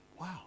wow